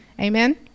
amen